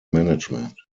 management